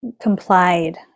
complied